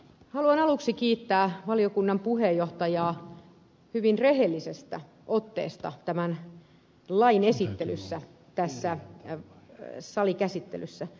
haluan aluksi kiittää valiokunnan puheenjohtajaa hyvin rehellisestä otteesta tämän lain esittelyssä tässä salikäsittelyssä